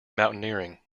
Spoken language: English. mountaineering